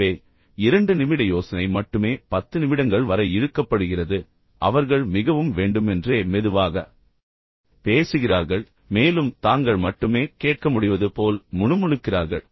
எனவே 2 நிமிட யோசனை மட்டுமே 10 நிமிடங்கள் வரை இழுக்கப்படுகிறது அவர்கள் மிகவும் வேண்டுமென்றே மெதுவாக பேசுகிறார்கள் மேலும் தாங்கள் மட்டுமே கேட்க முடிவது போல் முணுமுணுக்கிறார்கள்